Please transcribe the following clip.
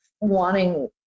wanting